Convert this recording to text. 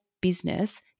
business